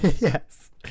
yes